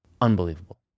Unbelievable